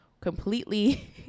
Completely